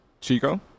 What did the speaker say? Chico